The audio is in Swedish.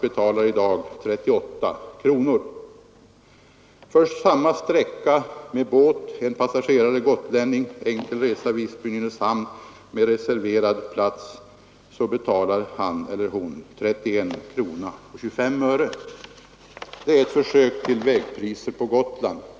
En gotlänning som åker samma sträcka med båt enkel resa Visby—Nynäshamn med reserverad plats betalar 31 kronor 25 öre. Det är ett försök att tillämpa vägpriser för Gotlandstrafiken.